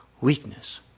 weakness